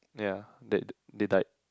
ya they they died